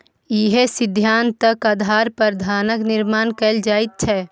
इएह सिद्धान्तक आधार पर धनक निर्माण कैल जाइत छै